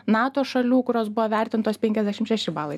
nato šalių kurios buvo vertintos penkiasdešim šeši balai